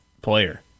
player